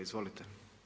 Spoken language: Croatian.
Izvolite.